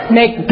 make